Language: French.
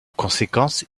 conséquence